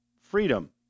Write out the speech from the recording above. Freedom